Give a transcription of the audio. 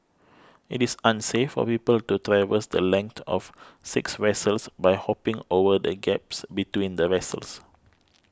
it is unsafe for people to traverse the length of six vessels by hopping over the gaps between the vessels